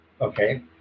Okay